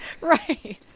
Right